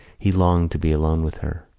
he longed to be alone with her.